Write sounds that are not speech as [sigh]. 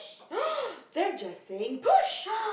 [noise] they're just saying push